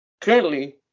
Currently